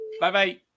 Bye-bye